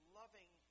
loving